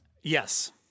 Yes